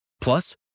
Plus